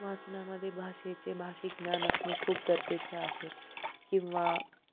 वाचनामध्ये भाषेचे भाषिक ज्ञान असणे खूप गरजेचे आहे किंवा